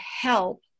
help